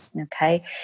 Okay